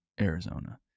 Arizona